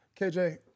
KJ